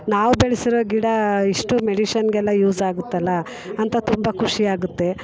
ನಾವು ಬೆಳೆಸಿರೋ ಗಿಡ ಇಷ್ಟು ಮೆಡಿಷನ್ಗೆಲ್ಲ ಯೂಸ್ ಆಗುತ್ತಲ್ಲ ಅಂತ ತುಂಬ ಖುಷಿಯಾಗುತ್ತೆ